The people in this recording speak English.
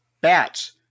bats